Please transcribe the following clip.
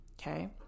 Okay